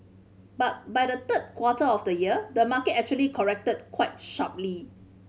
but by the third quarter of the year the market actually corrected quite sharply